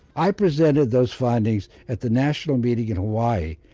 i presented those findings at the national meeting in hawaii.